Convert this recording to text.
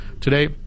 Today